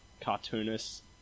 cartoonist